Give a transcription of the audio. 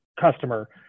customer